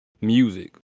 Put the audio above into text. music